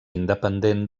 independent